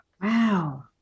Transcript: Wow